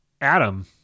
Adam